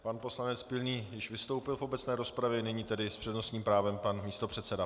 Pan poslanec Pilný už vystoupil v obecné rozpravě, nyní tedy s přednostním právem pan místopředseda.